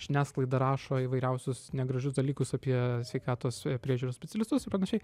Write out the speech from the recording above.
žiniasklaida rašo įvairiausius negražus dalykus apie sveikatos priežiūros specialistus ir panašiai